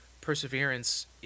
Perseverance